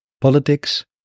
politics